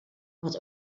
but